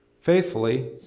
faithfully